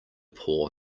poor